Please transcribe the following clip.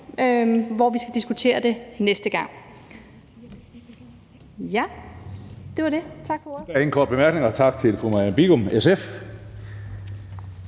hvor vi skal diskutere det næste gang.